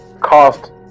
cost